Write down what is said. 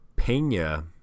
Pena